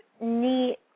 neat